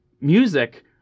music